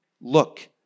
look